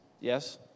yes